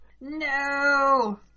no